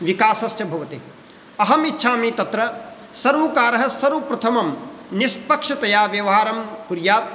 विकासश्च भवति अहमिच्छामि तत्र सर्वकारः सर्वप्रथमं निष्पक्षतया व्यवहारं कुर्यात्